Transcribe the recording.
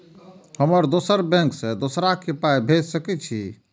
हम दोसर बैंक से दोसरा के पाय भेज सके छी?